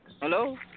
Hello